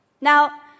Now